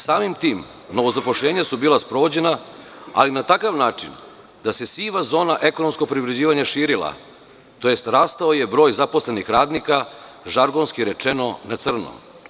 Samim tim, novozapošljenja su bila sprovođena, ali na takav način da se siva zona ekonomskog privređivanja širila, tj. rastao je broj zaposlenih radnika, žargonski rečeno, na crno.